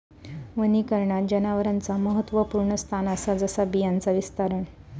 वनीकरणात जनावरांचा महत्त्वपुर्ण स्थान असा जसा बियांचा विस्तारण